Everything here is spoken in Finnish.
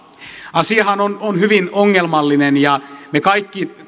asiahan on on hyvin ongelmallinen ja me kaikki